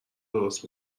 درست